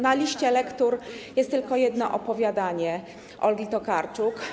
Na liście lektur jest tylko jedno opowiadanie Olgi Tokarczuk.